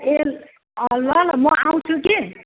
ए ल ल म आउँछु कि